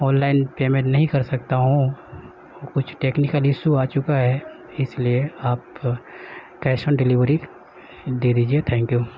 on line payment نہیں کر سکتا ہوں کچھ ٹکنیکل اشو آ چکا ہے اس لیے آپ کیش آن ڈلیوری دے دیجیے تھینک یو